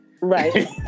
right